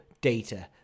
data